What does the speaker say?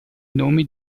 nome